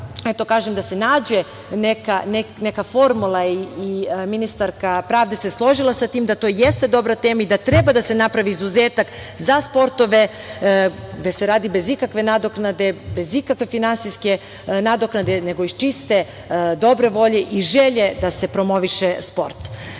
da se nađe neka formula i ministarka pravde se složila sa tim da to jeste dobra tema i da treba da se napravi izuzetak za sportove gde se radi bez ikakve nadoknade, bez ikakve finansijske nadoknade, nego iz čiste dobre volje i želje da se promoviše sport.